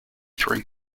through